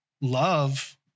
love